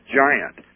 giant